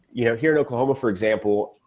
you know here in oklahoma, for example,